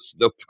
no